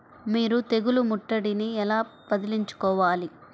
మీరు తెగులు ముట్టడిని ఎలా వదిలించుకోవాలి?